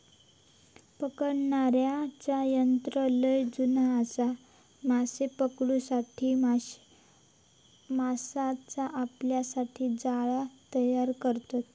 पकडण्याचा तंत्र लय जुना आसा, माशे पकडूच्यासाठी माणसा आपल्यासाठी जाळा तयार करतत